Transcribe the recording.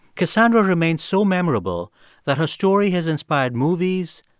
cassandra remains so memorable that her story has inspired movies,